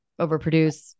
overproduce